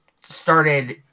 started